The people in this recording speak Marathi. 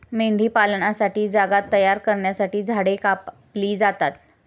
मेंढीपालनासाठी जागा तयार करण्यासाठी झाडे कापली जातात